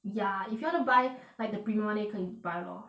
ya if you want to buy like the premium 可以 buy lor